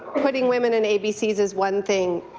putting women in abcs is one thing,